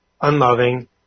unloving